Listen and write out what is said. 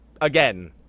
again